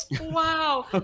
Wow